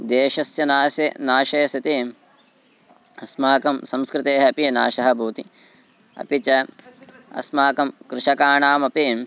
देशस्य नाशे नाशे सति अस्माकं संस्कृतेः अपि नाशः भवति अपि च अस्माकं कृषकाणाम् अपि